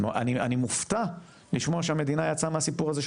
אני מופתע לשמוע שהמדינה יצאה מהסיפור הזה של